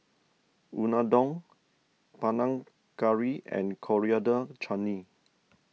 Unadon Panang Curry and Coriander Chutney